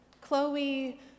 Chloe